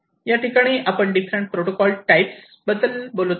याठिकाणी आपण different protocol type बद्दल बोलत आहोत